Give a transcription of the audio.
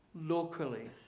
locally